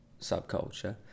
subculture